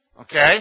okay